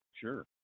sure